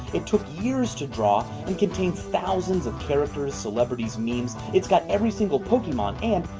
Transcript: it took years to draw and contains thousands of characters, celebrities, memes. it's got every single pokemon and,